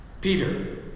Peter